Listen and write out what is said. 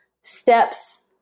steps